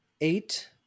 eight